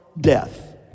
death